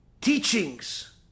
teachings